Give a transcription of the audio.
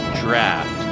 draft